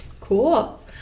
Cool